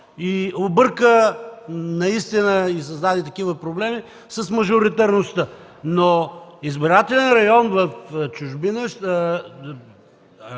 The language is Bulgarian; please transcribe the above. и обърка наистина и създаде такива проблеми с мажоритарността. Но избирателен район в чужбина